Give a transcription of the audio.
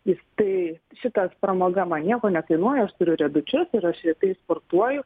jis tai šitas pramoga man nieko nekainuoja turiu riedučius ir aš rytais sportuoju